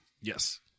Yes